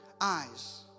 eyes